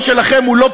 כי גם אני לא רוצה,